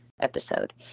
episode